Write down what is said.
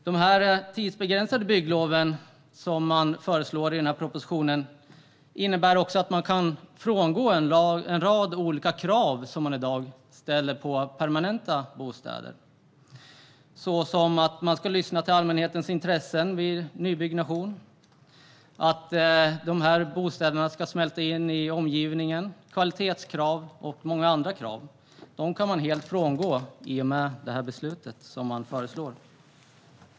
De tidsbegränsade bygglov som föreslås i propositionen innebär också att man kan frångå en rad olika krav som i dag ställs på permanenta bostäder, gällande bland annat kvalitet, att man ska lyssna till allmänhetens intressen vid nybyggnation och att dessa bostäder ska smälta in i omgivningen. Dessa krav kan man helt frångå om det här förslaget blir verklighet.